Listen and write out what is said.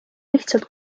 lihtsalt